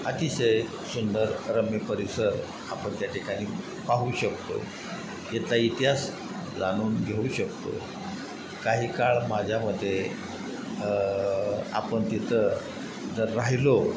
अतिशय सुंदर रम्य परिसर आपण त्या ठिकाणी पाहू शकतो येता इतिहास जाणून घेऊ शकतो काही काळ माझ्या मते आपण तिथं जर राहिलो